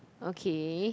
okay